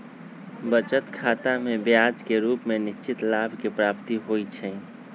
बचत खतामें ब्याज के रूप में निश्चित लाभ के प्राप्ति होइ छइ